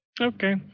okay